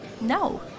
No